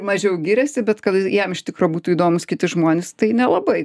mažiau giriasi bet kad jam iš tikro būtų įdomūs kiti žmonės tai nelabai